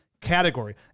category